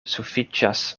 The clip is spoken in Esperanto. sufiĉas